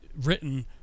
written